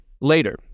Later